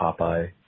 Popeye